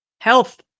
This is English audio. health